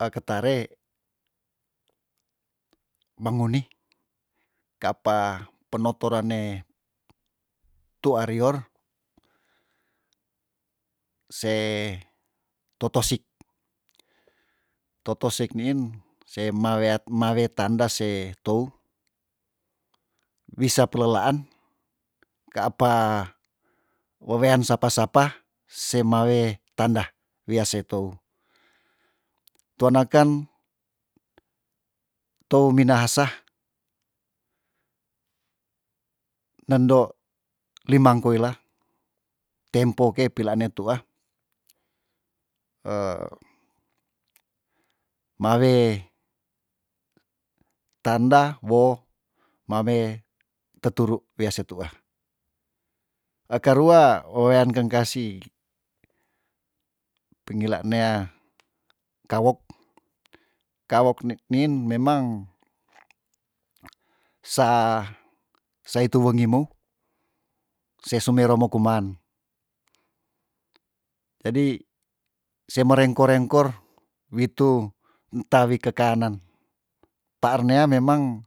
Aketare menguni ka apa penotoran ne tua rior se totosik totosik niin se maweat mawe tanda se tou wisa pelelaan ka apa wewean sapa sapa se mawe tanda wia se tou tuana ken tou minahasa nendo limang kuila tempo ke peilane tuah mawe tanda wo mawe teturu wia se tuah ekarua wewean kengkasih pengila nea kawok kawok ni- niin memang sa se itu weni mou se sumero mo kuman jadi se merengko rengkor witu ntawi kekanen paar nea memang